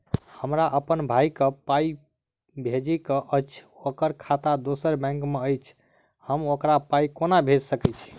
हमरा अप्पन भाई कऽ पाई भेजि कऽ अछि, ओकर खाता दोसर बैंक मे अछि, हम ओकरा पाई कोना भेजि सकय छी?